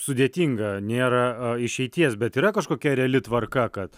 sudėtinga nėra išeities bet yra kažkokia reali tvarka kad